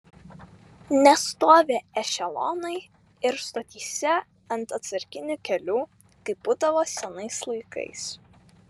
nestovi ešelonai ir stotyse ant atsarginių kelių kaip būdavo senais laikais